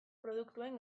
produktuen